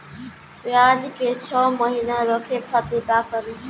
प्याज के छह महीना रखे खातिर का करी?